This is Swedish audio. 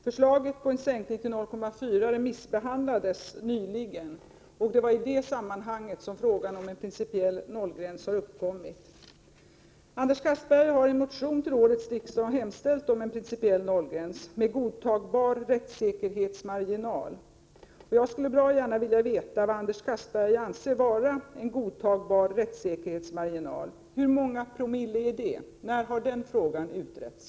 Förslaget om en sänkning till 0,4 promille remissbehandlades nyligen, och det är i det sammanhanget som frågan om en principiell nollgräns har uppkommit. Anders Castberger har i en motion till årets riksdag hemställt om en principiell nollgräns med godtagbar rättssäkerhetsmarginal. Jag skulle bra gärna vilja veta vad Anders Castberger anser vara en godtagbar rättssäkerhetsmarginal. Hur många promille är det? När har den frågan utretts?